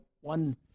one